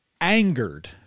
angered